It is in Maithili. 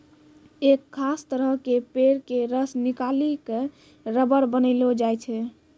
एक खास तरह के पेड़ के रस निकालिकॅ रबर बनैलो जाय छै